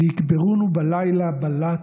/ ויקברונו בלילה בלאט,